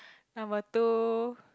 number two